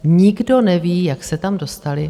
Nikdo neví, jak se tam dostaly.